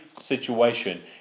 situation